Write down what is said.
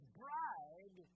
bride